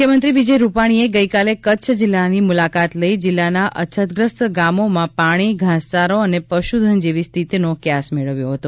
મુખ્યમંત્રી વિજય રૂપાણીએ ગઇકાલે કચ્છ જિલ્લાની મુલાકાત લઇ જિલ્લાના અછતગ્રસ્ત ગામોમાં પાણી ઘાસચારો અને પશુધન જેવી સ્થિતિનો કયાસ મેળવ્યો હતો